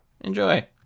enjoy